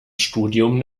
studium